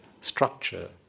structure